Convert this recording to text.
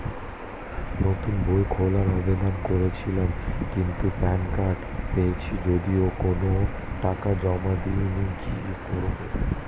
নতুন বই খোলার আবেদন করেছিলাম কিন্তু প্যান কার্ড পেয়েছি যদিও কোনো টাকা জমা দিইনি কি করব?